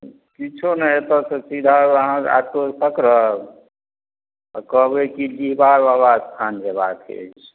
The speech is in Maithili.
किछो नहि एतऽसँ सीधा अहाँ ऑटो पकड़ब अऽ कहबय कि डीहबार बाबा स्थान जेबाक अछि